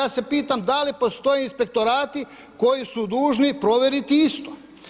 Ja se pitam, da li postoje inspektorati koji su dužni provjeriti isto?